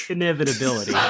Inevitability